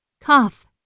cough